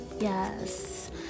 Yes